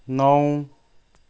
नौ